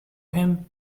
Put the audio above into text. him